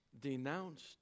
denounced